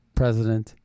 president